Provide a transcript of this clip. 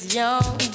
young